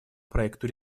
проекту